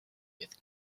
with